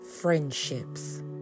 friendships